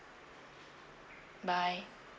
bye